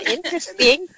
Interesting